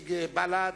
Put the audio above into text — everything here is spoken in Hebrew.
נציג בל"ד,